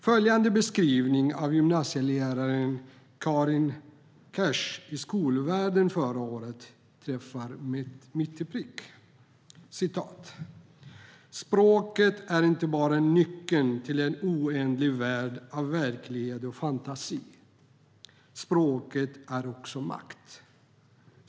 Följande beskrivning av gymnasieläraren Karin Kers i Skolvärlden förra året träffar mitt i prick: "Språk är inte bara nyckeln till en oändlig värld av verklighet och fantasi, språk är också makt.